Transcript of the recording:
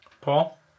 paul